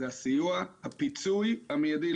זה הסיוע, הפיצוי המיידי.